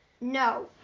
No